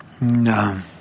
no